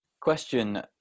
question